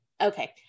okay